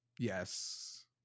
Yes